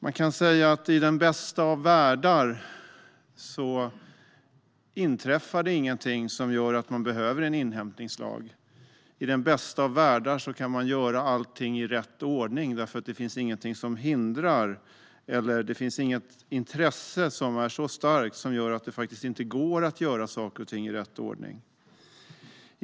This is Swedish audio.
Man kan säga att i den bästa av världar inträffar ingenting som gör att man behöver en inhämtningslag. I den bästa av världar kan man göra allting i rätt ordning därför att det inte finns någonting som hindrar eller något intresse som är så starkt att det inte går att göra saker och ting i rätt ordning.